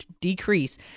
decrease